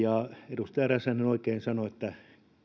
edustaja räsänen oikein sanoi että